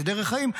שהיא דרך חיים,